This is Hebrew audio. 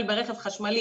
לטפל ברכב חשמלי.